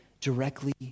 directly